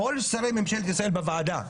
כל שרי ממשלת ישראל בוועדה,